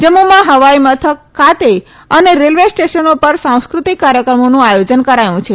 જમ્મુમાં જમ્મુ હવાઇ મથક ખાતે અને રેલ્વે સ્ટેશનો પર સાંસ્ક્રતિક કાર્યક્રમોનું આયોજન કરાયું છે